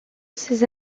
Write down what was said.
ces